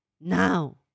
now